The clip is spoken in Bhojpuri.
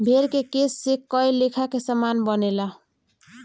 भेड़ के केश से कए लेखा के सामान बनेला